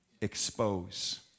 expose